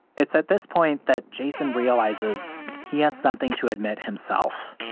it's at this point that jason realizes he has something to admit himself.